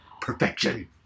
Perfection